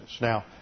Now